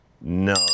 No